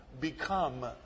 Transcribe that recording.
become